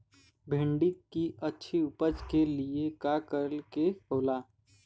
भिंडी की अच्छी उपज के लिए का का करे के होला?